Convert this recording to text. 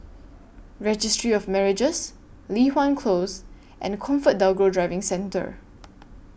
Registry of Marriages Li Hwan Close and ComfortDelGro Driving Centre